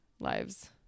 lives